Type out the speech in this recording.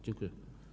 Dziękuję.